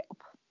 help